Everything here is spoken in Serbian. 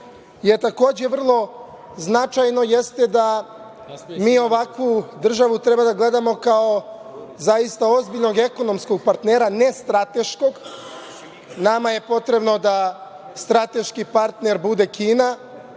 takođe vrlo značajno jeste da mi ovakvu državu treba da gledamo kao zaista ozbiljnog ekonomskog partnera, ne strateškog. Nama je potrebno da strateški partner bude Kina,